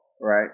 right